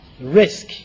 risk